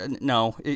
No